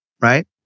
right